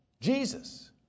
Jesus